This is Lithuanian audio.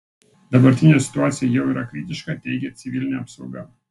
dabartinė situacija jau yra kritiška teigia civilinė apsauga